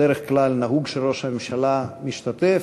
בדרך כלל נהוג שראש הממשלה משתתף,